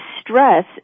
stress